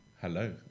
Hello